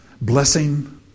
Blessing